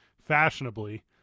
fashionably